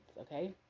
okay